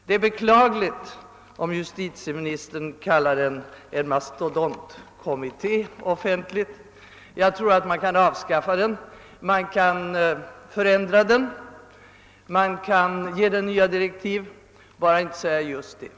Det är beklagligt om justitieministern offentligt kallar denna kommitté för en mastodontkommitté. Man kan avskaffa den, förändra den eller ge den nya direktiv, bara inte säga just detta.